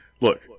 Look